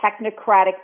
technocratic